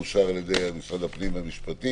ואושר על ידי משרד הפנים והמשפטים.